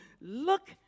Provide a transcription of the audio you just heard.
look